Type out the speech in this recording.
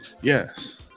Yes